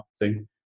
marketing